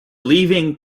leaving